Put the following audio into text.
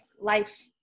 life